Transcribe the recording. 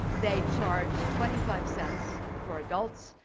they charge twenty five cents for adults,